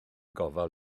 gofal